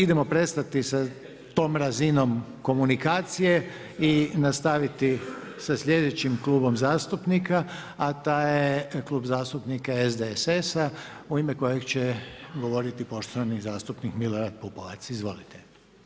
Idemo prestati sa tom razinom komunikacije i nastaviti sa sljedećim klubom zastupnika a taj je Klub zastupnika SDSS-a u ime kojeg će govoriti poštovani Zastupnik Milorad Pupovac, izvolite.